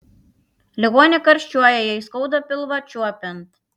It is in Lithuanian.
ligonė karščiuoja jai skauda pilvą čiuopiant